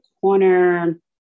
corner